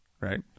Right